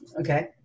okay